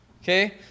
Okay